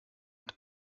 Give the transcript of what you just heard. und